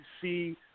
see